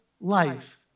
life